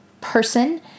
person